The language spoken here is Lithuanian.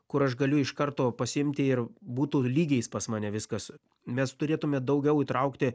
kur aš galiu iš karto pasiimti ir būtų lygiais pas mane viskas mes turėtume daugiau įtraukti